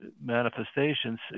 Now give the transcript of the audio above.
manifestations